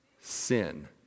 Sin